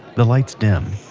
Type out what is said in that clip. the lights dim.